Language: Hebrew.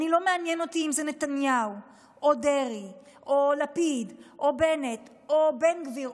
לא מעניין אותי אם זה נתניהו או דרעי או לפיד או בנט או בן גביר,